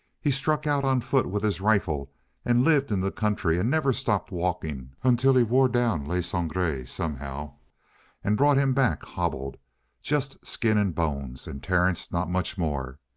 he struck out on foot with his rifle and lived in the country and never stopped walking until he wore down le sangre somehow and brought him back hobbled just skin and bones, and terence not much more.